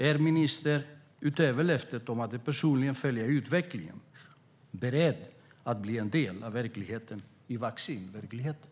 Är ministern utöver löftet om att personligen följa utvecklingen beredd att bli en del av vaccinverkligheten?